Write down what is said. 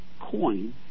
coin